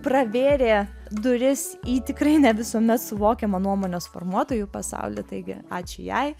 pravėrė duris į tikrai ne visuomet suvokiamą nuomonės formuotojų pasaulį taigi ačiū jai